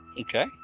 Okay